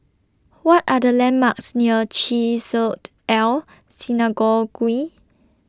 What Are The landmarks near Chesed El Synagogue